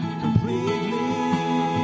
completely